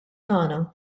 tagħna